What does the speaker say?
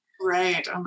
right